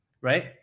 right